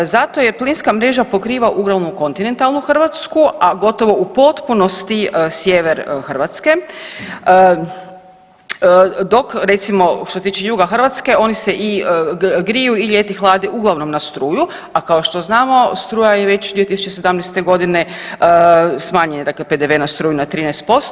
Zato jer plinska mreža pokriva uglavnom kontinentalnu Hrvatsku, a gotovo u potpunosti sjever Hrvatske, dok recimo što se tiče juga Hrvatske oni se i griju i ljeti hlade uglavnom na struju, a kao što znamo struja je već 2017.g., smanjen je dakle PDV na struju na 13%